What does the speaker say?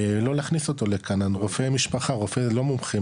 לא להכניס אותו לכאן, רופא משפחה, לא מומחים